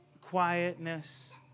quietness